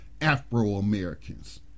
Afro-Americans